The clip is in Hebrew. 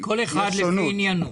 כל אחד לפי עניינו.